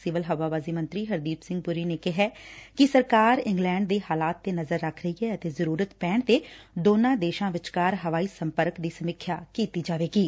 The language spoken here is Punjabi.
ਸਿਵਲ ਹਵਾਬਾਜੀ ਮੰਤਰੀ ਹਰਦੀਪ ਸਿੰਘ ਪੁਰੀ ਨੇ ਕਿਹੈ ਕਿ ਸਰਕਾਰ ਇੰਗਲੈਂਡ ਦੇ ਹਾਲਾਤ ਤੇ ਨਜ਼ਰ ਰੱਖ ਰਹੀ ਐ ਅਤੇ ਜ਼ਰੁਰਤ ਪੈਣ ਤੇ ਦੋਨਾਂ ਦੇਸ਼ਾਂ ਵਿਚਕਾਰ ਹਵਾਈ ਸੰਪਰਕ ਦੀ ਸਮੀਖਿਆ ਕੀਤੀ ਜਾਵੇਗੀ